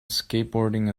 skateboarding